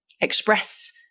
express